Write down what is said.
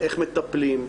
איך מטפלים,